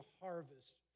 harvest